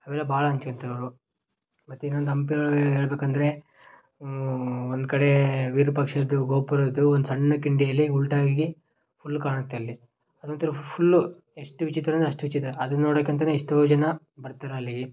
ಅವೆಲ್ಲ ಭಾಳ ಹಂಚ್ಕೊತಾರವ್ರು ಮತ್ತು ಇನ್ನೊಂದು ಹಂಪಿ ಹೇಳ್ಬೇಕಂದ್ರೆ ಒಂದು ಕಡೆ ವಿರೂಪಾಕ್ಷದ ಗೋಪುರದ್ದು ಒಂದು ಸಣ್ಣ ಕಿಂಡಿಯಲ್ಲಿ ಉಲ್ಟಾ ಆಗಿ ಫುಲ್ ಕಾಣುತ್ತೆ ಅಲ್ಲಿ ಅದೊಂದು ಥರ ಫುಲ್ಲು ಎಷ್ಟು ವಿಚಿತ್ರ ಅಂದರೆ ಅಷ್ಟು ವಿಚಿತ್ರ ಅದನ್ನು ನೋಡೋಕೆ ಅಂತಾನೇ ಎಷ್ಟೋ ಜನ ಬರ್ತಾರ್ ಅಲ್ಲಿಗೆ